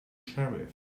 sheriff